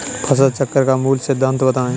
फसल चक्र का मूल सिद्धांत बताएँ?